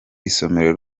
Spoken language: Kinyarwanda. isomero